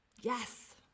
yes